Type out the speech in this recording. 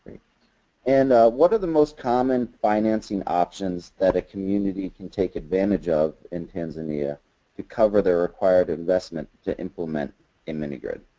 and what are the most common financing options that a community can take advantage of in tanzania to cover their required investment to implement a mini grid?